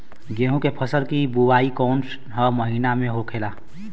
गेहूँ के फसल की बुवाई कौन हैं महीना में होखेला?